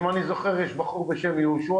אם אני זוכר נכון יש אצלכם בחור בקהילה בשם יהושע.